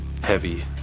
heavy